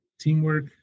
teamwork